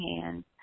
hands